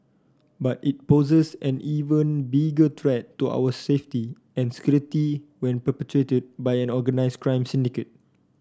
but it poses an even bigger threat to our safety and security when perpetrated by an organised crime syndicate